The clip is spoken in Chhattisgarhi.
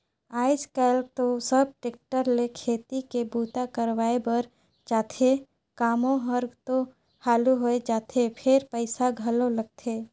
आयज कायल तो सब टेक्टर ले खेती के बूता करवाए बर चाहथे, कामो हर तो हालु होय जाथे फेर पइसा घलो लगथे